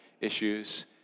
issues